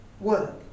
work